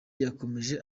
yakomeje